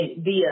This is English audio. via